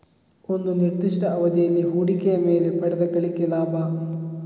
ಒಂದು ನಿರ್ದಿಷ್ಟ ಅವಧಿಯಲ್ಲಿ ಹೂಡಿಕೆಯ ಮೇಲೆ ಪಡೆದ ಗಳಿಕೆ ಲಾಭ